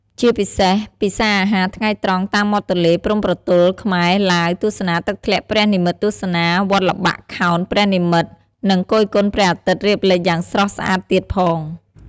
ជាពិសេស ពិសារអាហារថ្ងៃត្រង់តាមមាត់ទន្លេព្រំប្រទល់ខ្មែរ-ឡាវ-ទស្សនាទឹកធ្លាក់ព្រះនិម្មិតទស្សនា វត្តល្បាក់ខោនព្រះនិម្មិត និង គយគន់ព្រះអាទិត្យរៀបលិចយ៉ាងស្រស់ស្អាតទៀតផង។